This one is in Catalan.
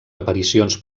aparicions